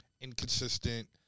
inconsistent